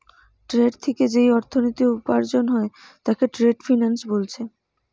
trade থিকে যেই অর্থনীতি উপার্জন হয় তাকে ট্রেড ফিন্যান্স বোলছে